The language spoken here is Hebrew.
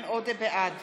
בעד